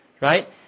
right